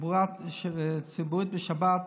תחבורה ציבורית בשבת,